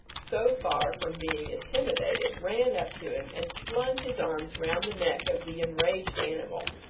so far from being intimidated, ran up to him, and flung his arms round the neck of the enraged animal,